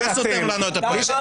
אתה סותם לנו את הפה.